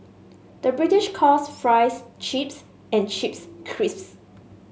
the British calls fries chips and chips crisps